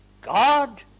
God